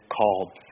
called